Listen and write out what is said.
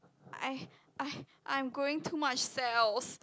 I I I'm growing too much cells